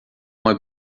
uma